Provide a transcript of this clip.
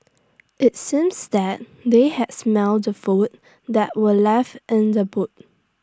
IT seems that they had smelt the food that were left in the boot